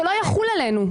זה לא יחול עלינו.